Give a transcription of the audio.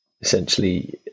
essentially